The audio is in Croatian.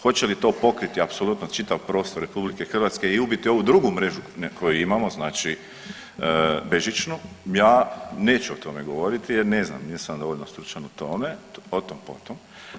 Hoće li to pokriti apsolutno čitav prostor RH i ubiti ovu drugu mrežu koju imamo, znači bežičnu ja neću o tome govoriti jer ne znam, nisam dovoljno stručan u tome, o tom potom.